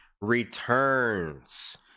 returns